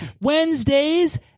Wednesdays